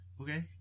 Okay